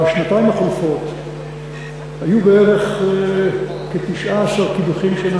בשנתיים החולפות נעשו כ-19 קידוחים.